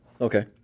Okay